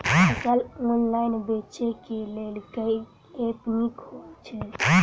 फसल ऑनलाइन बेचै केँ लेल केँ ऐप नीक होइ छै?